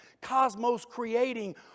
cosmos-creating